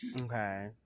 Okay